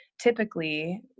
typically